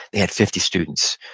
they had fifty students,